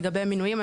לגבי מינויים.